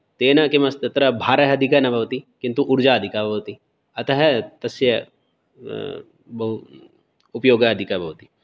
तेन किम् अस् तत्र भारः अधिकः न भवति किन्तु ऊर्जाधिका भवति अतः तस्य बहु उपयोगः अधिकः भवति